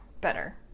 better